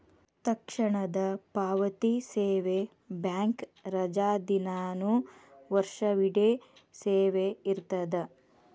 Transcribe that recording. ತಕ್ಷಣದ ಪಾವತಿ ಸೇವೆ ಬ್ಯಾಂಕ್ ರಜಾದಿನಾನು ವರ್ಷವಿಡೇ ಸೇವೆ ಇರ್ತದ